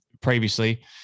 previously